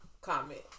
comment